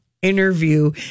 Interview